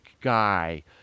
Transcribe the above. guy